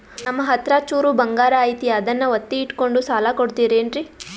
ನಮ್ಮಹತ್ರ ಚೂರು ಬಂಗಾರ ಐತಿ ಅದನ್ನ ಒತ್ತಿ ಇಟ್ಕೊಂಡು ಸಾಲ ಕೊಡ್ತಿರೇನ್ರಿ?